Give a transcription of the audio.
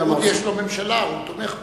הליכוד, יש לו ממשלה, הוא תומך בה.